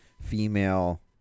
female